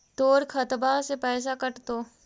तोर खतबा से पैसा कटतो?